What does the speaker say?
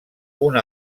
una